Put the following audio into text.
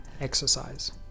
exercise